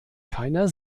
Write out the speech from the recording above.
keiner